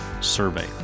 survey